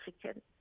African